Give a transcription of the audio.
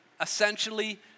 essentially